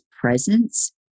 presence